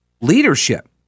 leadership